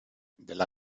della